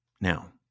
Now